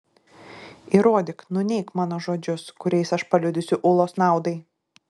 įrodyk nuneik mano žodžius kuriais aš paliudysiu ulos naudai